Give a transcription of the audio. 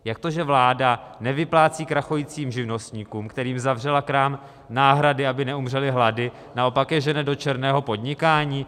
Jak to, že vláda nevyplácí krachujícím živnostníkům, kterým zavřela krám, náhrady, aby neumřeli hlady, a naopak je žene do černého podnikání?